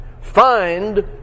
Find